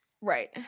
Right